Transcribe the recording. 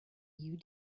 you